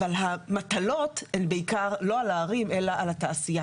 אבל המטלות הן בעיקר לא על הערים, אלא על התעשייה.